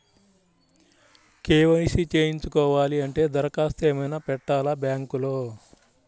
KYC చేయించుకోవాలి అంటే దరఖాస్తు ఏమయినా పెట్టాలా బ్యాంకులో?